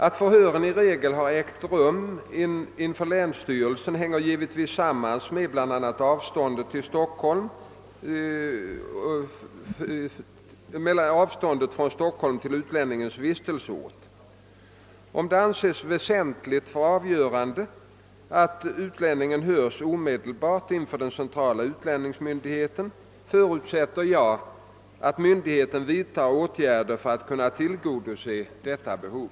Att förhören i regel har ägt rum inför länsstyrelse hänger givetvis samman med bl.a. avståndet från Stockholm till utlänningens vistelseort. Om det anses väsentligt för avgörandet att utlänningen hörs omedelbart inför den centrala utlänningsmyndigheten, förutsätter jag att myndigheten vidtar åtgärder för att kunna tillgodose detta behov.